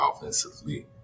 offensively